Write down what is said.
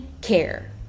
care